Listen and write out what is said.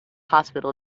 hospital